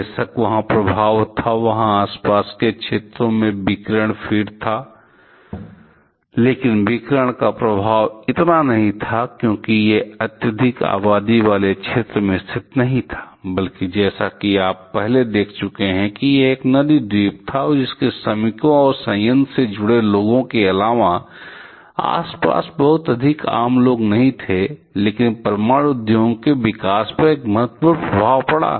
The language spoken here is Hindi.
बेशक वहाँ प्रभाव था वहाँ आसपास के क्षेत्रों में विकिरण फ़ीड था लेकिन विकिरण का प्रभाव इतना नहीं था क्योंकि यह अत्यधिक आबादी वाले क्षेत्र में स्थित नहीं था बल्कि जैसा कि आप पहले देख चुके हैं कि यह एक नदी द्वीप था और इसलिए श्रमिकों या संयंत्र से जुड़े लोगों के अलावा आसपास बहुत अधिक आम लोग नहीं हैं लेकिन परमाणु उद्योग के विकास पर एक महत्वपूर्ण प्रभाव पड़ा